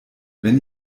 wenn